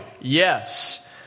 yes